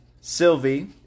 Sylvie